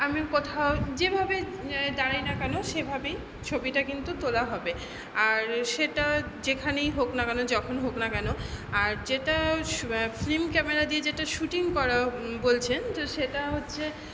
আমি কোথাও যেভাবে দাঁড়াই না কেন সেভাবেই ছবিটা কিন্তু তোলা হবে আর সেটা যেখানেই হোক না কেন যখন হোক না কেন আর যেটা শু ফিল্ম ক্যামেরা দিয়ে যেটা শ্যুটিং করা বলছেন যে সেটা হচ্ছে